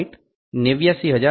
895 - 0